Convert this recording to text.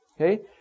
Okay